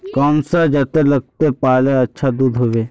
कौन सा जतेर लगते पाल्ले अच्छा दूध होवे?